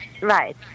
right